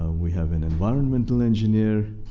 we have an environmental engineer,